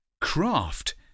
craft